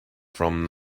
from